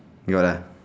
you got lah